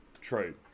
True